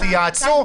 תתייעצו,